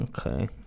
Okay